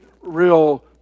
real